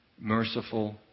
merciful